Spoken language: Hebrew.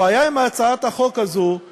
הבעיה עם הצעת החוק הזאת היא